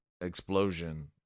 explosion